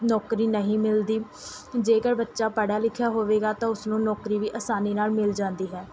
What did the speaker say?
ਨੌਕਰੀ ਨਹੀਂ ਮਿਲਦੀ ਜੇਕਰ ਬੱਚਾ ਪੜ੍ਹਿਆ ਲਿਖਿਆ ਹੋਵੇਗਾ ਤਾਂ ਉਸਨੂੰ ਨੌਕਰੀ ਵੀ ਆਸਾਨੀ ਨਾਲ਼ ਮਿਲ ਜਾਂਦੀ ਹੈ